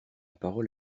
parole